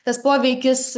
tas poveikis